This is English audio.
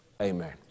Amen